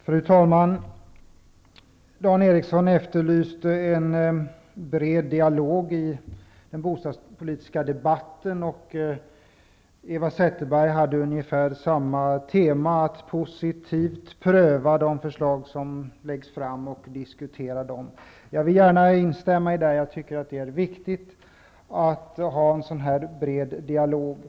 Fru talman! Dan Eriksson i Stockholm efterlyste en bred dialog i den bostadspolitiska debatten. Eva Zetterberg hade ungefär samma tema, nämligen att positivt pröva de förslag som läggs fram och diskutera dem. Jag vill gärna instämma i detta. Jag tycker att det är viktigt att föra en bred dialog.